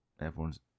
everyone's